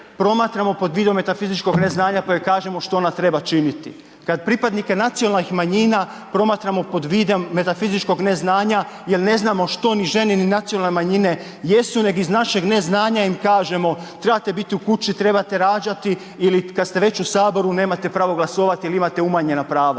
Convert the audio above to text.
promatramo pod vidom metafizičkog neznanja pa joj kažemo što ona treba činiti. Kad pripadnike nacionalnih manjina promatramo pod vidom metafizičkog neznanja jer ne znamo što ni žene ni nacionalne manjine jesu nego iz našeg neznanja im kažemo, trebate biti u kući, trebate rađati ili kad ste već u Saboru, nemate pravo glasovati jer imate umanjena prava.